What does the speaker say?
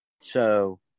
So-